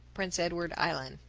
prince edward island.